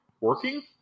working